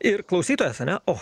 ir klausytojas ane o